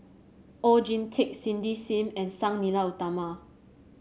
Oon Jin Teik Cindy Sim and Sang Nila Utama